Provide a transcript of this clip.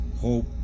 Hope